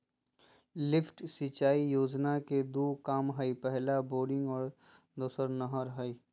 lift सिंचाई योजना के दू काम हइ पहला बोरिंग और दोसर नहर हइ